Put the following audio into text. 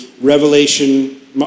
Revelation